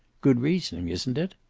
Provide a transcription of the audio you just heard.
good reasoning, isn't it?